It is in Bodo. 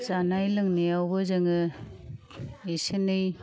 जानाय लोंनायावबो जोङो एसे एनै